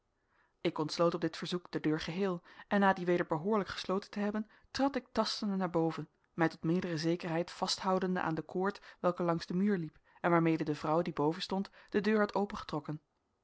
ik ontsloot op dit verzoek de deur geheel en na die weder behoorlijk gesloten te hebben trad ik tastende naar boven mij tot meerdere zekerheid vasthoudende aan de koord welke langs den muur liep en waarmede de vrouw die boven stond de deur had opengetrokken